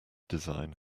design